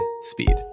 speed